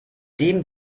dem